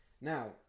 Now